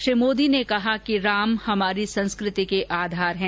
श्री मोदी ने कहा कि राम हमारी संस्कृति के आधार हैं